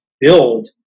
build